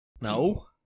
No